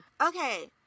Okay